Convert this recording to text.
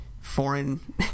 foreign